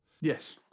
Yes